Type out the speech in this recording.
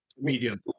medium